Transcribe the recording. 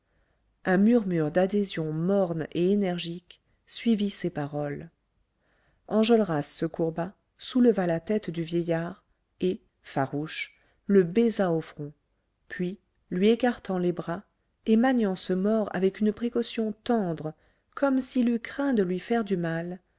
un murmure d'adhésion morne et énergique suivit ces paroles enjolras se courba souleva la tête du vieillard et farouche le baisa au front puis lui écartant les bras et maniant ce mort avec une précaution tendre comme s'il eût craint de lui faire du mal